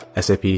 SAP